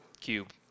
cube